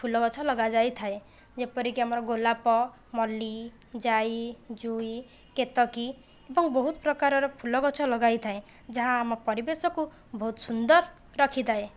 ଫୁଲ ଗଛ ଲଗାଯାଇଥାଏ ଯେପରିକି ଆମର ଗୋଲାପ ମଲ୍ଲି ଯାଇ ଜୁଇ କେତକୀ ଏବଂ ବହୁତ ପ୍ରକାରର ଫୁଲ ଗଛ ଲଗାଇ ଥାଏ ଯାହା ଆମ ପରିବେଶକୁ ବହୁତ ସୁନ୍ଦର ରଖିଥାଏ